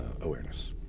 awareness